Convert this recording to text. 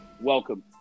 welcome